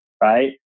Right